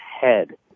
head